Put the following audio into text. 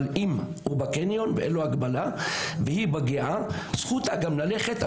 אבל אם הוא בקניון ואין לו הגבלה והיא מגיעה זכותה גם ללכת,